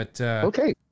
Okay